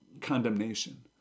condemnation